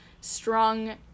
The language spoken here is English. strong